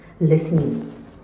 listening